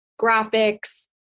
graphics